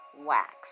wax